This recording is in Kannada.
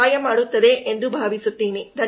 ಇದು ಸಹಾಯ ಮಾಡುತ್ತದೆ ಎಂದು ಭಾವಿಸುತ್ತೇವೆ